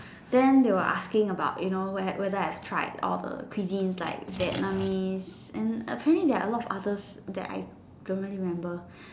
then they were asking about you know where whether I've tried all the cuisines like Vietnamese and apparently there are a lot of others that I don't really remember